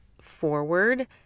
forward